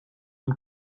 und